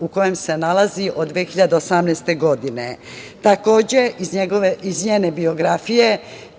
u kojem se nalazi od 2018. godine. Takođe, iz njene biografije